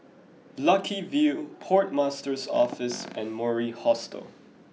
Lucky View Port Master's Office and Mori Hostel